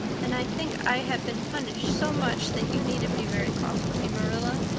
and i think i have been punished so much that you needn't be very cross marilla.